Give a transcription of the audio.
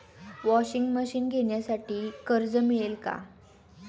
Washing machine घेण्यासाठी कर्ज मिळेल का?